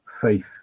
faith